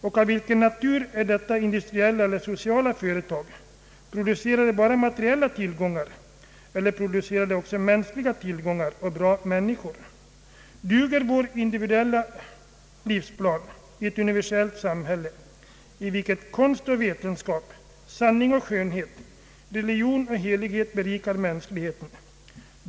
Och av vilken natur är detta industriella eller sociala företag — producerar det bara materiella tillgångar eller producerar det också mänskliga tillgångar och bra människor? Duger våra individuella livsplaner i ett universellt samhälle, i vilket konst och vetenskap, sanning och skönhet, religion och helighet berikar mänskligheten?